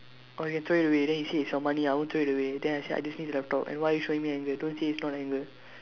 okay throw it away then he said it's your money I won't throw it away then I say I just need the laptop and why are you showing me anger don't say it's not anger